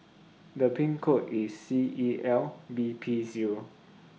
The Pin code IS C E L B P Zero